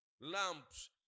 lamps